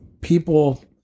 people